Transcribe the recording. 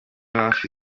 hafi